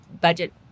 budget